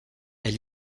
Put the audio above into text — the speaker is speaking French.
est